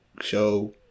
show